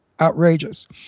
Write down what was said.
outrageous